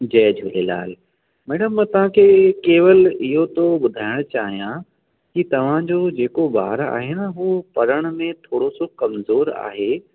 जय Jhulelal madam मां तव्हांखे केवल इहो थो ॿुधाइणु चाहियां की तव्हांजो जेको ॿार आहे न उहो पढ़ण में थोरो सो कमज़ोरु आहे